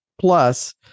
Plus